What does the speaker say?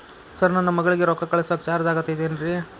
Sir ನನ್ನ ಮಗಳಗಿ ರೊಕ್ಕ ಕಳಿಸಾಕ್ ಚಾರ್ಜ್ ಆಗತೈತೇನ್ರಿ?